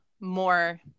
more